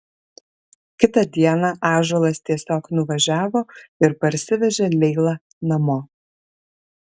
kitą dieną ąžuolas tiesiog nuvažiavo ir parsivežė leilą namo